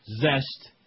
Zest